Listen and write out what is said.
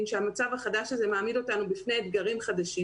שהמצב החדש הזה מעמיד אותנו בפני אתגרים חדשים